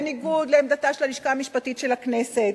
בניגוד לעמדתה של הלשכה המשפטית של הכנסת.